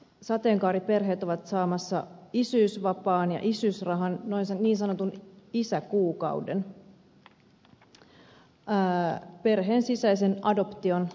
sateenkaariperheet ovat saamassa isyysvapaan ja isyysrahan niin sanotun isäkuukauden perheen sisäisen adoption jälkeen